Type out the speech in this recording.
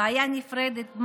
בעיה נפרדת,